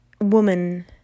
woman